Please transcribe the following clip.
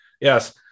Yes